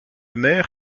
mer